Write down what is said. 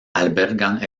albergan